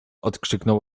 odkrzyknął